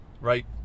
Right